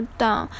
down